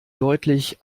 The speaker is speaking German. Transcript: deutlich